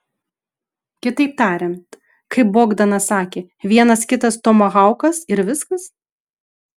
kitaip tariant kaip bogdanas sakė vienas kitas tomahaukas ir viskas